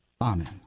Amen